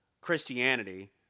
Christianity